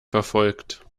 verfolgt